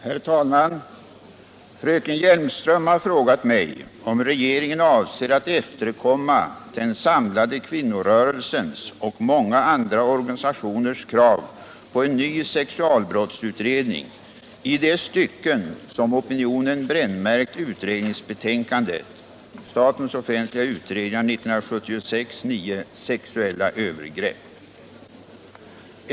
Herr talman! Fröken Hjelmström har frågat mig om regeringen avser att efterkomma den samlade kvinnorörelsens och många andra organisationers krav på en ny sexualbrottsutredning i de stycken som opinionen brännmärkt utredningsbetänkandet Sexuella övergrepp.